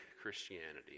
Christianity